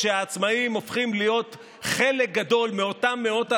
כשהעצמאים הופכים להיות חלק גדול מאותם מאות אלפים,